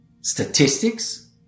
statistics